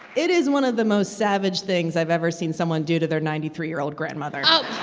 it is one of the most savage things i've ever seen someone do to their ninety three year old grandmother oh